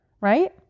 right